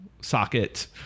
socket